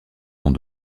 vont